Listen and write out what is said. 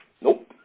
nope